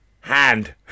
Hand